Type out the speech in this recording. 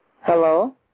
Hello